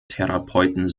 therapeuten